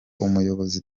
umuyobozi